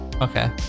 Okay